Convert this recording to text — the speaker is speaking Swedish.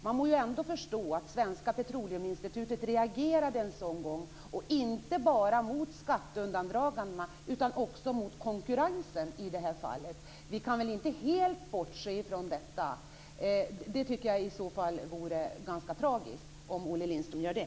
Man får ju ändå förstå att Svenska petroleuminstitutet reagerar en sådan gång - inte bara mot skatteundandragandet utan också i fråga om konkurrens i det här fallet. Det kan vi inte helt bortse från. Jag tycker att det vore ganska tragiskt om Olle Lindström gör det.